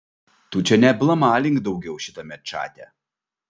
tu čia neablamalink daugiau šitame čate